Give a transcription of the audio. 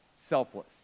selfless